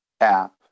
app